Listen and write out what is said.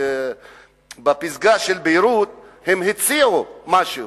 בפסגה של ביירות הם הציעו משהו,